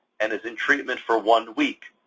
and is in treatment for one week,